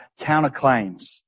counterclaims